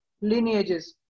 lineages